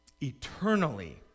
Eternally